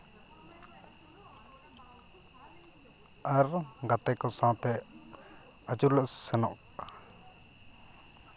ᱟᱨ ᱜᱟᱛᱮ ᱠᱚ ᱥᱟᱶᱛᱮ ᱟᱹᱪᱩᱨ ᱞᱮ ᱥᱮᱱᱚᱜᱼᱟ